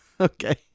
Okay